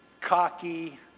cocky